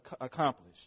accomplished